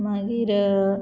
मागीर